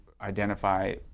identify